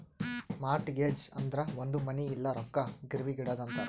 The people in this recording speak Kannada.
ಮಾರ್ಟ್ಗೆಜ್ ಅಂದುರ್ ಒಂದ್ ಮನಿ ಇಲ್ಲ ರೊಕ್ಕಾ ಗಿರ್ವಿಗ್ ಇಡದು ಅಂತಾರ್